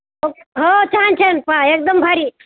हो हो छान छान पा एकदम भारी